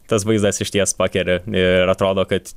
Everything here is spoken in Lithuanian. tas vaizdas išties pakeri ir atrodo kad